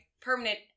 permanent